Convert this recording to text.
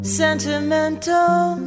sentimental